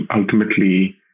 ultimately